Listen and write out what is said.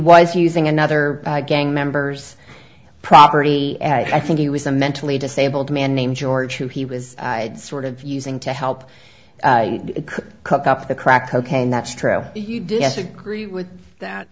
was using another gang members property and i think it was a mentally disabled man named george who he was sort of using to help cook up the crack cocaine that's true if you disagree with that